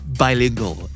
bilingual